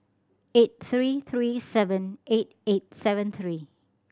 eight three three seven eight eight seven three